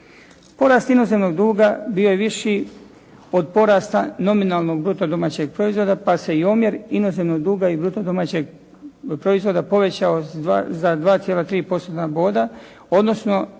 Porast inozemnog duga bio je viši od porasta nominalnog bruto domaćeg proizvoda, pa se i omjer inozemnog duga bruto domaćeg proizvoda povećao za 2,3%-tna boda, odnosno